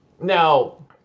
now